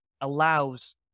allows